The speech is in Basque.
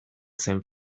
zen